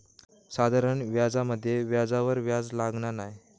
साधारण व्याजामध्ये व्याजावर व्याज लागना नाय